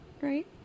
right